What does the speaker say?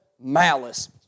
malice